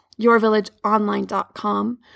yourvillageonline.com